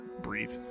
breathe